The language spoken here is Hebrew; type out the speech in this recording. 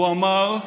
הוא אמר: